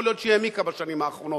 יכול להיות שהיא העמיקה בשנים האחרונות,